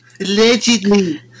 Allegedly